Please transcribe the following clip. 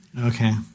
Okay